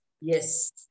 Yes